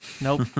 Nope